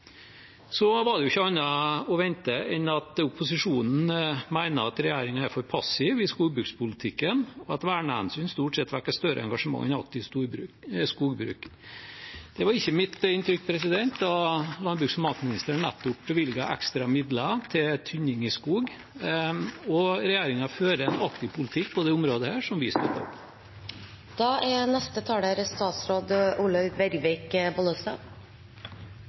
Så var det ikke annet å vente enn at opposisjonen mener regjeringen er for passiv i skogbrukspolitikken, og at vernehensyn stort sett vekker større engasjement enn aktiv skogbruk. Det var ikke mitt inntrykk da landbruks- og matministeren nettopp bevilget ekstra midler til tynning i skog. Regjeringen fører en aktiv politikk på dette området, som vi står bak. Aktivt skogbruk er